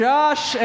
Josh